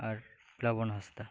ᱟᱨ Rabon ᱦᱟᱸᱥᱫᱟ